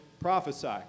prophesy